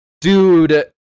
dude –